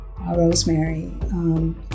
Rosemary